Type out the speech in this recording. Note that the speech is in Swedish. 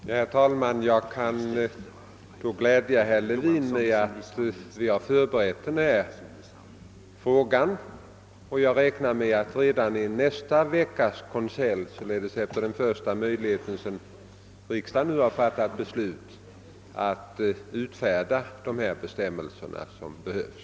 Herr talman! Jag kan glädja herr Levin med att vi har förberett utbetalandet av ersättningarna och att jag räknar med att redan i nästa veckas konselj, således den första möjliga efter riksdagens beslut, skall kunna utfärdas de bestämmelser som behövs.